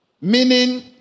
Meaning